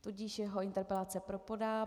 Tudíž jeho interpelace propadá.